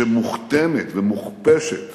שמוכתמת ומוכפשת